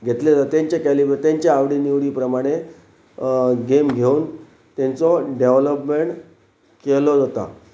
घेतले जाता तेंचे कॅलीबर तेंचे आवडी निवडी प्रमाणे गेम घेवन तेंचो डॅवलोपमेंट केलो जाता